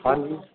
ਹਾਂਜੀ